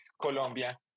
colombia